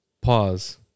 Pause